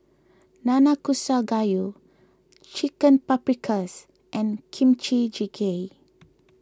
Nanakusa Gayu Chicken Paprikas and Kimchi Jjigae